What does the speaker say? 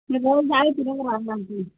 ఈ రోజు తాగావు కదరా అల్లం టీ